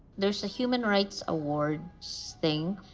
there's a human rights awards thing.